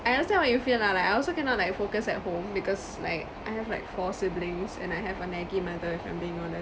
I understand what you feel lah like I also cannot like focus at home because like I have like four siblings and I have a naggy mother if I'm being honest